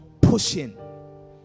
pushing